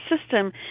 system